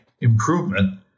improvement